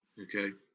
okay.